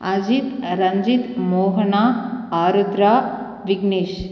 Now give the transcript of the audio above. அஜித் ரஞ்சித் மோகனா ஆருத்ரா விக்னேஷ்